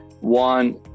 one